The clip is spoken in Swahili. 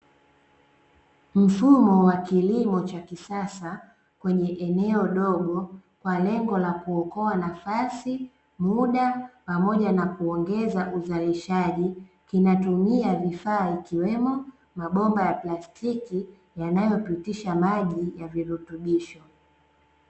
Mfumo wa kilimo cha kisasa kwenye eneo dogo, kwa lengo la kuokoa nafasi, muda, pamoja na kuongeza uzalishaji. Kinatumia vifaa ikiwemo, mabomba ya plastiki yanayopitisha maji ya virutubisho.